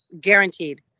Guaranteed